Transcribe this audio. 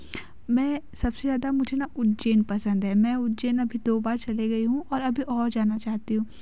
मैं सबसे ज़्यादा मुझे न उज्जैन पसंद है मैं उज्जैन अभी दो बार चले गई हूँ और अभी और जाना चाहती हूँ